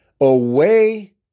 away